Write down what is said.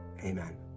Amen